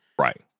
Right